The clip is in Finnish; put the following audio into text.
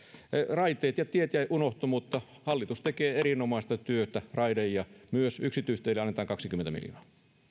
raiteet ja tiet unohtuivat mutta niiden suhteen hallitus tekee erinomaista työtä ja myös yksityisteille annetaan kaksikymmentä miljoonaa